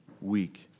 week